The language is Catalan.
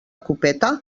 copeta